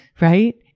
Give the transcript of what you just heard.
right